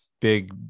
big